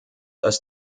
als